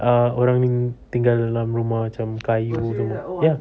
uh orang dia tinggal dalam rumah macam kayu ya